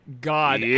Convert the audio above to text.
God